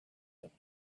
that